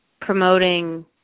promoting